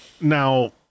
now